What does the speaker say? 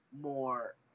more